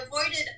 avoided